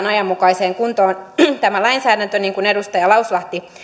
ajanmukaiseen kuntoon niin kuin edustaja lauslahti